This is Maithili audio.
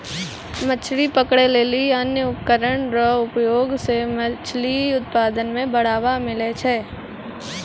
मछली पकड़ै लेली अन्य उपकरण रो प्रयोग से मछली उत्पादन मे बढ़ावा मिलै छै